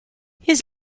his